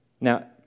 Now